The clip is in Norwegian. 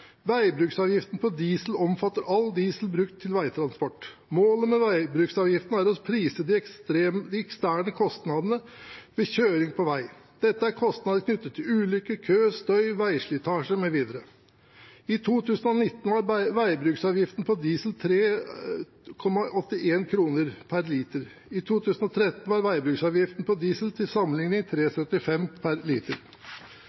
Veibruksavgiften på diesel omfatter all diesel brukt til veitransport. Målet med veibruksavgiften er å prise de eksterne kostnadene ved kjøring på vei. Dette er kostnader knyttet til ulykker, kø, støy, veislitasje mv. I 2019 er veibruksavgiften på diesel 3,81 kr per liter. I 2013 var veibruksavgiften på diesel til